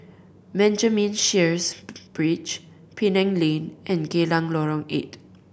Benjamin Sheares Bridge Penang Lane and Geylang Lorong Eight